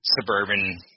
suburban